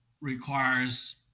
requires